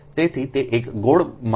તેથી તે એક ગોળ માર્ગ છે